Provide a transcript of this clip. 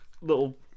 little